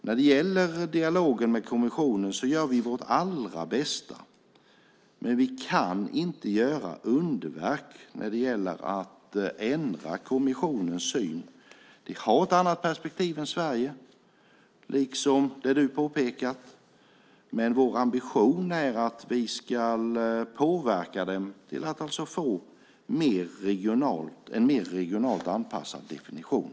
När det gäller dialogen med kommissionen gör vi vårt allra bästa, men vi kan inte göra underverk när det gäller att ändra kommissionens syn. De har ett annat perspektiv än Sverige, som Tina Ehn påpekar. Men vår ambition är att vi ska påverka dem till att få en mer regionalt anpassad definition.